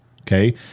Okay